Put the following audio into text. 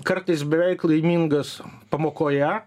kartais beveik laimingas pamokoje